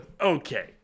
Okay